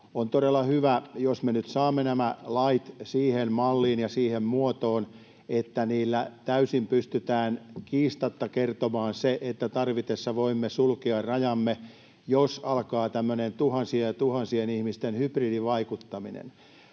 On todella hyvä, jos me nyt saamme nämä lait siihen malliin ja siihen muotoon, että niillä täysin pystytään kiistatta kertomaan se, että tarvittaessa voimme sulkea rajamme, jos alkaa tämmöinen tuhansien ja tuhansien ihmisten hybridivaikuttaminen.